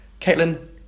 Caitlin